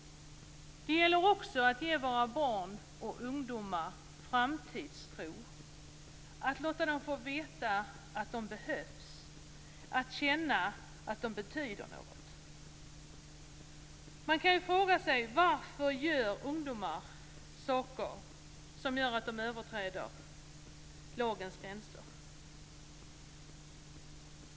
Det gäller också att ge våra barn och ungdomar framtidstro, att låta dem få veta att de behövs och känna att de betyder något. Man kan fråga sig varför ungdomar gör saker som innebär att de överträder lagens gränser.